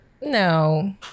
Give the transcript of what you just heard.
no